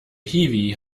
hiwi